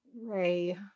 ray